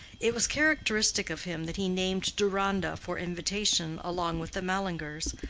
it was characteristic of him that he named deronda for invitation along with the mallingers,